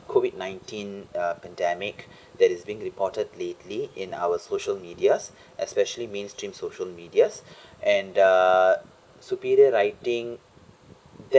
COVID-nineteen uh pandemic that is being reported lately in our social medias especially mainstream social medias and uh superior writing that